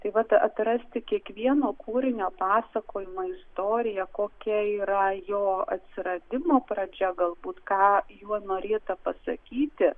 tai vat atrasti kiekvieno kūrinio pasakojamo istorija kokia yra jo atsiradimo pradžia galbūt ką juo norėta pasakyti